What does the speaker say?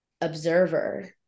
observer